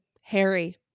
Harry